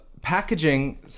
packaging